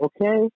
Okay